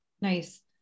Nice